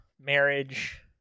Marriage